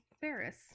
Ferris